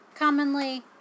Commonly